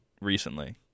recently